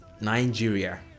nigeria